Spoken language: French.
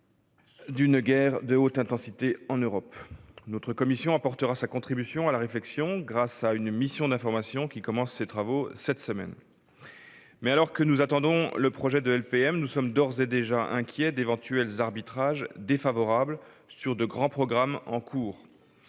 d'une guerre de haute intensité en Europe. Notre commission apportera sa contribution à la réflexion, grâce à une mission d'information qui commence ses travaux cette semaine. Mais, alors que nous attendons le projet de LPM, nous sommes d'ores et déjà inquiets d'éventuels arbitrages défavorables sur de grands programmes en cours.